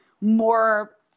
more